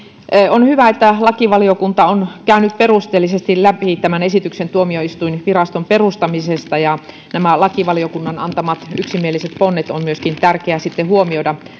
on hyvä että lakivaliokunta on käynyt perusteellisesti läpi tämän esityksen tuomioistuinviraston perustamisesta ja nämä lakivaliokunnan antamat yksimieliset ponnet on myöskin tärkeä huomioida sitten